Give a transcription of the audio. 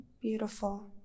Beautiful